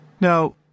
Now